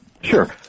Sure